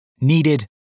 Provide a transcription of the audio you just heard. needed